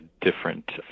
different